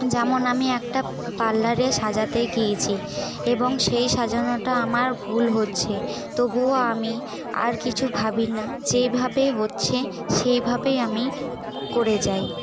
যেমন আমি একটা পার্লারে সাজাতে গিয়েছি এবং সেই সাজানোটা আমার ভুল হচ্ছে তবুও আমি আর কিছু ভাবি না যেই ভাবে হচ্ছে সেই ভাবে আমি করে যাই